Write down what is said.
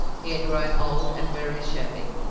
he had grown old and very shabby,